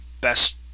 best